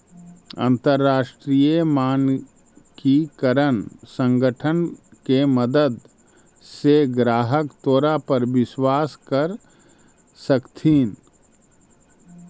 अंतरराष्ट्रीय मानकीकरण संगठन के मदद से ग्राहक तोरा पर विश्वास कर सकतथीन